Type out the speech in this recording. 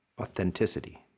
authenticity